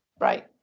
Right